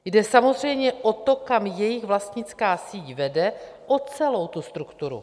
Jde samozřejmě o to, kam jejich vlastnická síť vede, o celou tu strukturu.